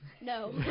No